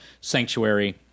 sanctuary